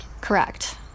Correct